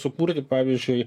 sukurti pavyzdžiui